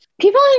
people